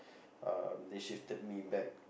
um they shifted me back